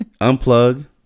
unplug